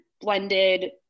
blended